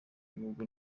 b’ibihugu